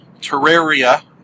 Terraria